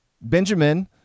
Benjamin